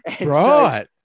Right